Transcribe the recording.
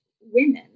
women